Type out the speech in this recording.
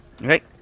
Right